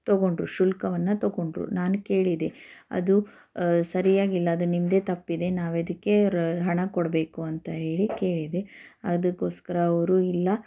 ತೊಗೊಂಡ್ರು ಶುಲ್ಕವನ್ನು ತೊಗೊಂಡ್ರು ನಾನು ಕೇಳಿದೆ ಅದು ಸರಿಯಾಗಿಲ್ಲ ಅದು ನಿಮ್ಮದೇ ತಪ್ಪಿದೆ ನಾವೆದಕ್ಕೆ ರ ಹಣ ಕೊಡಬೇಕು ಅಂತ ಹೇಳಿ ಕೇಳಿದೆ ಅದಕ್ಕೋಸ್ಕರ ಅವರು ಇಲ್ಲ